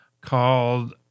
called